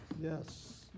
Yes